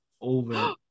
over